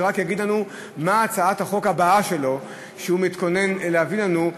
שרק יגיד לנו מה הצעת החוק הבאה שהוא מתכוון להביא לנו.